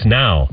now